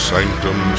Sanctum